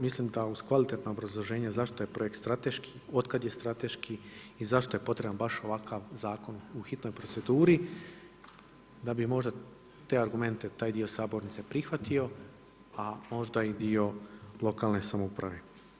Mislim da uz kvalitetno obrazloženje zašto je projekt strateški od kada je strateški i zašto je potreban baš ovakav zakon u hitnoj proceduri da bi možda te argumente taj dio sabornice prihvatio, a možda i dio lokalne samouprave.